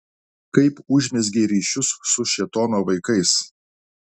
kaip užmezgei ryšius su šėtono vaikais